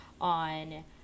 on